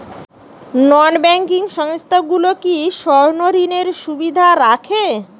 নন banking সংস্থাগুলো কি স্বর্ণঋণের সুবিধা রাখে?